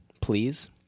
please